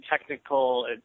technical